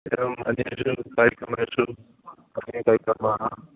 एवम् अन्येषु कार्यक्रमेषु अन्ये कार्यक्रमाः